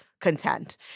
content